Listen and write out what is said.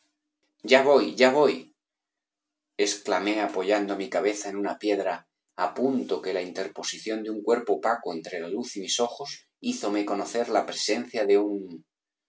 ya voy ya voy exclamé apoyando b pérez g aldos mi cabeza en una piedra á punto que la interposición de un cuerpo opaco entre la luz y mis ojos hízome conocer la presencia de un